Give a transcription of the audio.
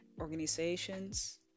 organizations